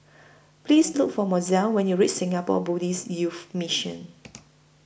Please Look For Mozell when YOU REACH Singapore Buddhist Youth Mission